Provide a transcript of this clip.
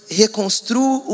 reconstruo